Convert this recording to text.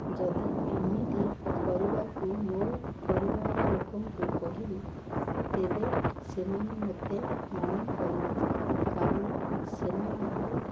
ଯଦି ଏମିତି କରିବାକୁ ମୋ ପରିବାର ଲୋକଙ୍କୁ କହିବି ତେବେ ସେମାନେ ମୋତେ ମନା କରିବେ କାରଣ ସେମାନଙ୍କୁ